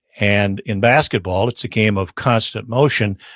and in basketball, it's a game of constant motion,